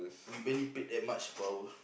we barely paid that much per hour